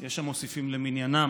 יש המוסיפים "למניינם"